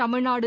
Tamil Nadu